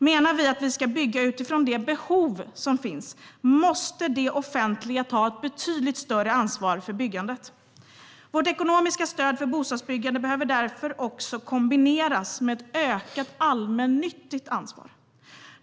Menar vi att vi ska bygga utifrån det behov som finns måste det offentliga ta ett betydligt större ansvar för byggandet. Vårt ekonomiska stöd för bostadsbyggande behöver därför också kombineras med ett ökat allmännyttigt ansvar.